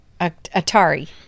Atari